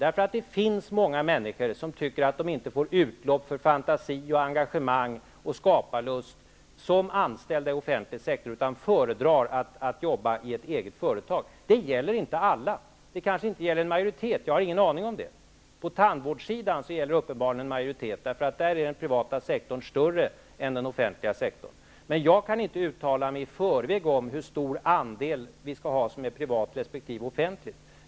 Det finns många människor som tycker att de inte får utlopp för fantasi, engagemang och skaparlust som anställda i offentlig sektor, utan som föredrar att jobba i ett eget företag. Det gäller inte alla, kanske inte ens en majoritet -- jag har ingen aning om det. På tandvårdssidan gäller det uppenbarligen en majoritet, därför att där är den privata sektorn större än den offentliga sektorn. Jag kan inte uttala mig i förväg om hur stor andel som skall vara privat resp. offentlig.